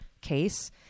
case